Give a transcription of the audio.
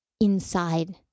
inside